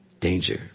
Danger